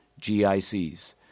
GICs